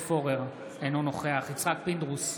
אינו נוכח יצחק פינדרוס,